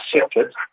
separate